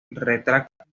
retráctil